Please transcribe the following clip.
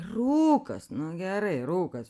rūkas nu gerai rūkas